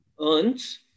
earns